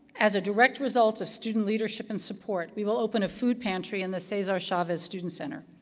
as a direct result of student leadership and support, we will open a food pantry in the cesar chavez student center.